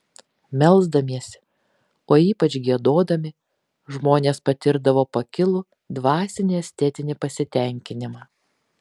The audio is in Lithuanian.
melsdamiesi o ypač giedodami žmonės patirdavo pakilų dvasinį estetinį pasitenkinimą